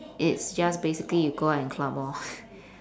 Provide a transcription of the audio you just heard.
it's just basically you go out and club lor